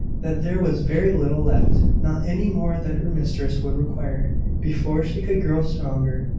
that there was very little left not any more than her mistress would require before she could grow stronger.